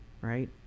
Right